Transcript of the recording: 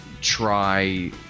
try